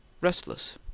restless